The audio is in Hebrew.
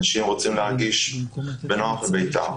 אנשים רוצים להגיש בנוח בביתם,